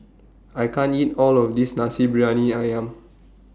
I can't eat All of This Nasi Briyani Ayam